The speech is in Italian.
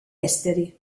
esteri